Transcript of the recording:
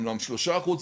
אומנם שלושה אחוז,